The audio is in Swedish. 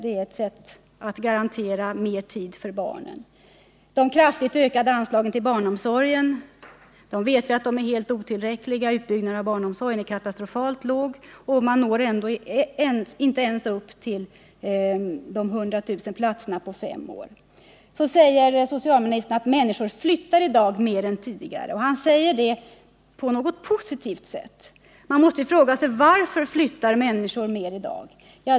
En sådan reform skulle garantera att man får mer tid för barnen. Beträffande de kraftigt ökade anslagen till barnomsorgen är det bara att säga att vi vet att de är helt otillräckliga. Utbyggnaden av barnomsorgen är katastrofalt låg, och man når inte ens upp till de beslutade 100 000 platserna på fem år. Vidare sade socialministern att människor i dag flyttar mer än tidigare. Han framförde detta som någonting positivt. Men man måste i stället fråga sig varför människor flyttar mer i dag.